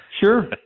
Sure